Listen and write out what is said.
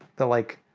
that like,